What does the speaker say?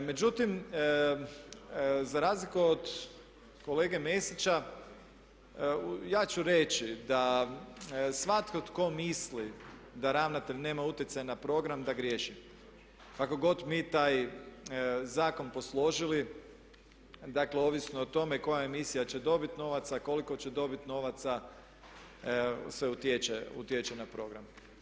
Međutim, za razliku od kolege Mesića ja ću reći da svatko tko misli da ravnatelj nema utjecaja na program da griješi kako god mi taj zakon posložili, dakle ovisno o tome koja emisija će dobiti novaca, koliko će dobiti novaca sve utječe na program.